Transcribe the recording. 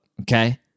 okay